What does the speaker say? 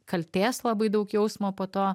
kaltės labai daug jausmo po to